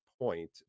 point